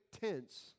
tense